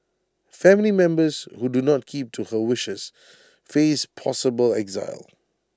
family members who do not keep to her wishes face possible exile